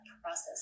process